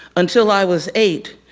until i was eight,